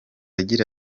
agira